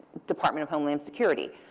department of homeland security.